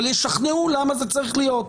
אבל ישכנעו למה זה צריך להיות.